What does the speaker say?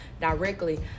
directly